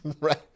Right